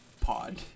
Pod